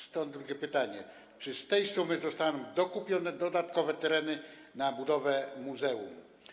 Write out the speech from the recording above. Stąd moje drugie pytanie: Czy z tej sumy zostaną dokupione dodatkowe tereny pod budowę muzeum?